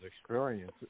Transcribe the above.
experience